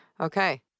okay